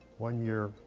one year,